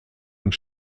und